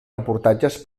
reportatges